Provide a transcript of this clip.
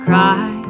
Cry